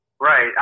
Right